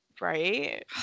Right